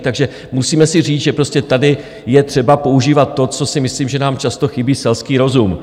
Takže musíme si říct, že prostě tady je třeba používat to, co si myslím, že nám často chybí, selský rozum.